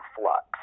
flux